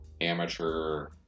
amateur